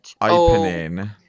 opening